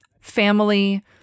family